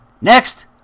Next